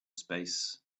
space